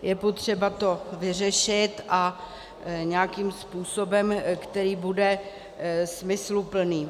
Je potřeba to vyřešit, a nějakým způsobem, který bude smysluplný.